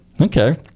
Okay